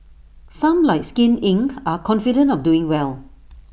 some like skin Inc are confident of doing well